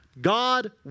God